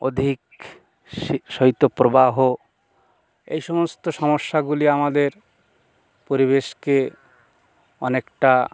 অধিক শীত শৈত্য প্রবাহ এই সমস্ত সমস্যাগুলি আমাদের পরিবেশকে অনেকটা